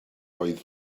oedd